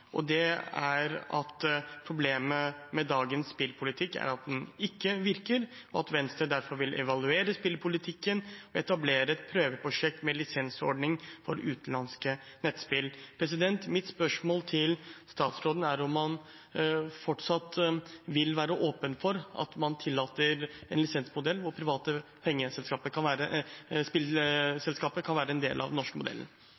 at problemet med dagens spillpolitikk er at den ikke virker, og at Venstre derfor «vil evaluere spillpolitikken og etablere et prøveprosjekt med lisensordning for utenlandske nettspill». Mitt spørsmål til statsråden er om han fortsatt vil være åpen for at man tillater en lisensmodell hvor private spillselskaper kan være en del av den norske modellen?